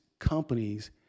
companies